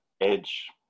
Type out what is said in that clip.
edge